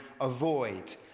avoid